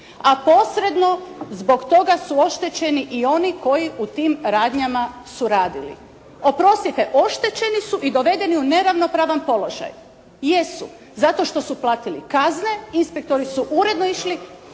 A posredno zbog toga su oštećeni i oni koji u tim radnjama su radili. Oprostite, oštećeni su i dovedeni u neravnopravan položaj, jesu, zato što su platiti kazne, inspektori su uredno išli,